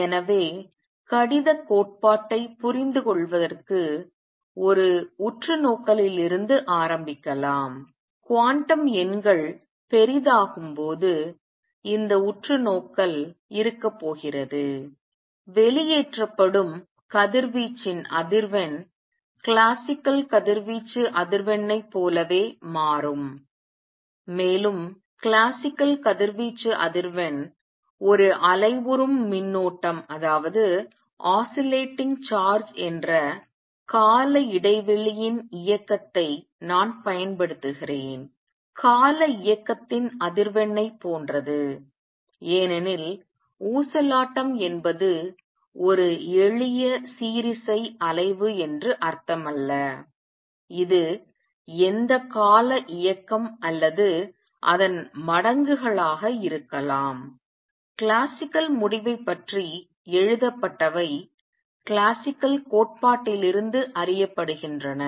எனவே கடிதக் கோட்பாட்டைப் புரிந்துகொள்வதற்கு ஒரு உற்றுநோக்கலிருந்து ஆரம்பிக்கலாம் குவாண்டம் எண்கள் பெரிதாகும்போது இந்த உற்றுநோக்கல் இருக்கப்போகிறது வெளியேற்றப்படும் கதிர்வீச்சின் அதிர்வெண் கிளாசிக்கல் கதிர்வீச்சு அதிர்வெண்ணைப் போலவே மாறும் மேலும் கிளாசிக்கல் கதிர்வீச்சு அதிர்வெண் ஒரு அலைவுறும் மின்னூட்டம் என்ற கால இடைவெளியின் இயக்கத்தை நான் பயன்படுத்துகிறேன் கால இயக்கத்தின் அதிர்வெண்ணைப் போன்றது ஏனெனில் ஊசலாட்டம் என்பது ஒரு எளிய சீரிசை அலைவு என்று அர்த்தமல்ல இது எந்த கால இயக்கம் அல்லது அதன் மடங்குகளாக இருக்கலாம் கிளாசிக்கல் முடிவைப் பற்றி எழுதப்பட்டவை கிளாசிக்கல் கோட்பாட்டிலிருந்து அறியப்படுகின்றன